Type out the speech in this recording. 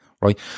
right